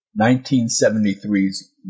1973's